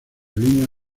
línea